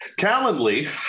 Calendly